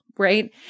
Right